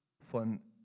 von